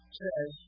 says